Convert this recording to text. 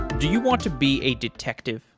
do you want to be a detective?